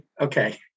Okay